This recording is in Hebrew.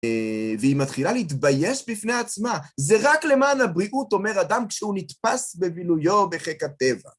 והיא מתחילה להתבייש בפני עצמה. זה רק למען הבריאות, אומר אדם, כשהוא נתפס בבילויו בחיק טבע.